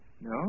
No